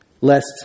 lest